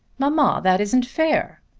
mamma, that isn't fair.